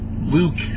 Luke